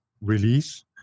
release